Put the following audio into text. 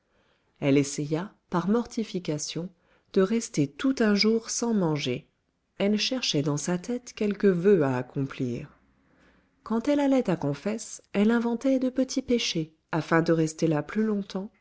elle essaya par mortification de rester tout un jour sans manger elle cherchait dans sa tête quelque voeu à accomplir quand elle allait à confesse elle inventait de petits péchés afin de rester là plus longtemps